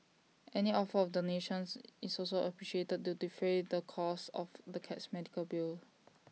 any offer of donations is also appreciated to defray the costs of the cat's medical bill